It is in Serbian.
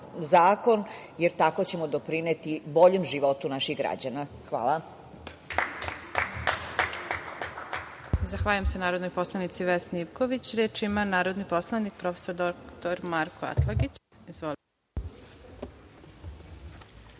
zakon, jer tako ćemo doprineti boljem životu naših građana. Hvala.